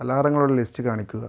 അലാറങ്ങളുടെ list കാണിക്കുക